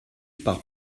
par